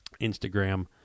instagram